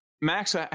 Max